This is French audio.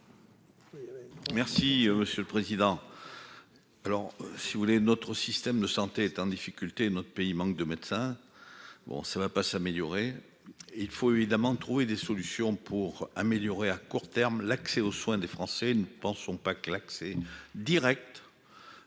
Merci monsieur le président. Alors si vous voulez, notre système de santé est en difficulté notre pays manque de médecins. Bon ça va pas s'améliorer et il faut évidemment trouver des solutions pour améliorer à court terme, l'accès aux soins des Français. Nous ne pensons pas que l'accès Direct.